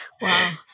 Wow